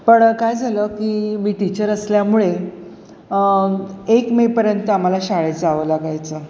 पण काय झालं की मी टीचर असल्यामुळे एक मेपर्यंत आम्हाला शाळेत जावं लागायचं